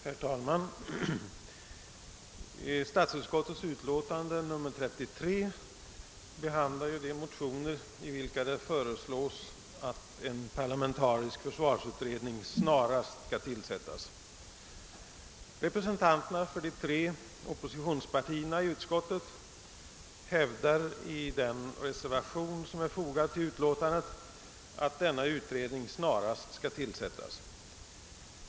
Herr talman! Statsutskottets utlåtande nr 33 behandlar de motioner i vilka det föreslås att en parlamentarisk försvarsutredning snarast skall tillsättas. Representanterna för de tre oppositionspartierna i utskottet hävdar i den reservation, som är fogad till utlåtandet, att denna utredning snarast bör tillsättas.